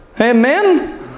Amen